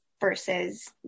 versus